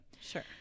Sure